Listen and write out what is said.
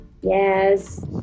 Yes